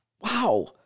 wow